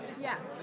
Yes